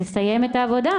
לסיים את העבודה.